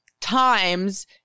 times